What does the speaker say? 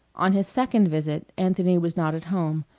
on his second visit anthony was not at home,